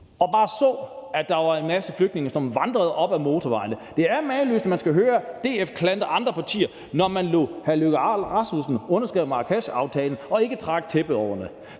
og bare så på, at der var en masse flygtninge, som vandrede op ad motorvejene. Det er mageløst, at man skal høre DF klandre andre partier, når man lod hr. Lars Løkke Rasmussen underskrive Marrakeshaftalen og ikke trak tæppet